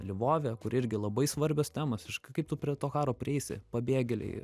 lvove kur irgi labai svarbios temos iš kaip tu prie to karo prieisi pabėgėliai